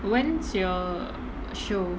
when's your show